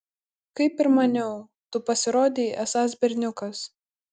kaip ir maniau tu pasirodei esąs berniukas